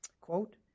Quote